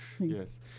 Yes